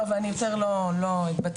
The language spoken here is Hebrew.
ואני יותר לא אתבטא,